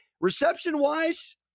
Reception-wise